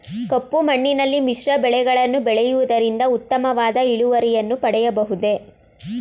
ಕಪ್ಪು ಮಣ್ಣಿನಲ್ಲಿ ಮಿಶ್ರ ಬೆಳೆಗಳನ್ನು ಬೆಳೆಯುವುದರಿಂದ ಉತ್ತಮವಾದ ಇಳುವರಿಯನ್ನು ಪಡೆಯಬಹುದೇ?